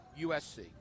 USC